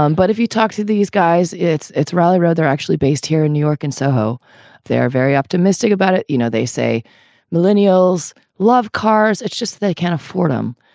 um but if you talk to these guys, it's it's rally road. they're actually based here in new york. and so they are very optimistic about it. you know, they say millennials love cars. it's just they can't afford them.